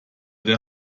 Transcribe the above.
der